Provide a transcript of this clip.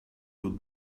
would